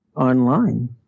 online